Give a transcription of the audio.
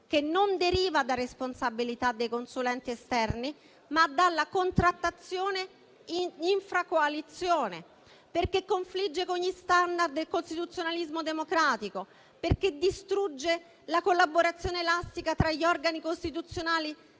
che non deriva da responsabilità dei consulenti esterni, ma dalla contrattazione in infra-coalizione; perché confligge con gli *standard* del costituzionalismo democratico; perché distrugge la collaborazione elastica tra gli organi costituzionali